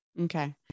okay